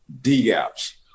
D-gaps